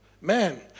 man